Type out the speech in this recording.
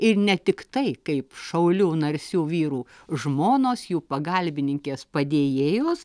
ir ne tiktai kaip šaulių narsių vyrų žmonos jų pagalbininkės padėjėjos